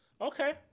Okay